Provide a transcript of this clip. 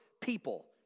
people